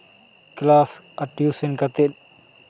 class ᱟᱨ tuition ᱠᱟᱛᱮ